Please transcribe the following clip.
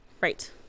Right